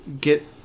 get